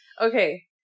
Okay